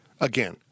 again